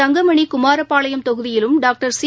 தங்கமணி குமாரபாளையம் தொகுதியிலும் doctor C